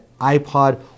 iPod